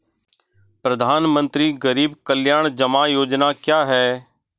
प्रधानमंत्री गरीब कल्याण जमा योजना क्या है?